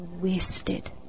wasted